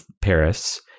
Paris